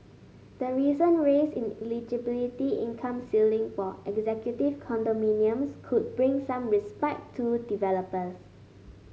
the recent raise in eligibility income ceiling for executive condominiums could bring some respite to developers